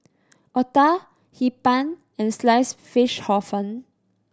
otah Hee Pan and slice fish Hor Fun